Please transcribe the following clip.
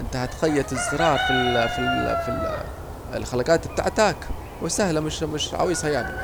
انت هتخيطوا الزرار في ال الخلجات بتاعتك وسهلة مش عويصة يعني